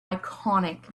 iconic